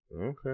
Okay